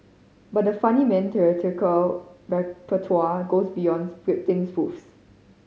but the funnyman theatrical repertoire goes beyond scripting spoofs